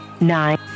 nine